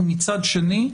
ומצד שני,